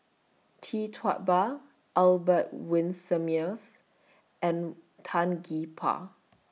Tee Tua Ba Albert Winsemius and Tan Gee Paw